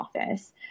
office